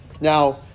Now